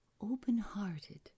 open-hearted